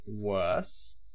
worse